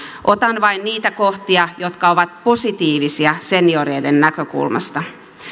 otan vain niitä kohtia jotka ovat positiivisia senioreiden näkökulmasta